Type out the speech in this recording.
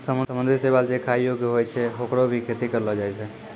समुद्री शैवाल जे खाय योग्य होय छै, होकरो भी खेती करलो जाय छै